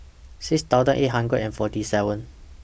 six thousand eight hundred and forty seven